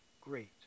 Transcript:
great